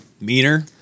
Meaner